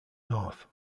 north